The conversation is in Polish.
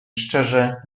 szczerze